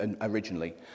originally